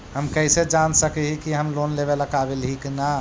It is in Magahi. हम कईसे जान सक ही की हम लोन लेवेला काबिल ही की ना?